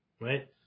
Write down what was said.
right